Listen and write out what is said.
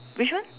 which one